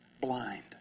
blind